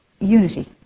unity